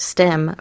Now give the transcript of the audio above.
Stem